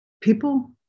people